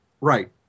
right